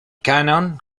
cannon